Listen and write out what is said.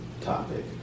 topic